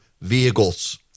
vehicles